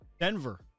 Denver